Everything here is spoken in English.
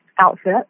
outfit